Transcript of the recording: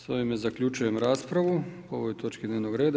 S ovime zaključujem raspravu po ovoj točki dnevnog reda.